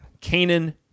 Canaan